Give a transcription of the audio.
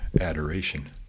adoration